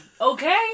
Okay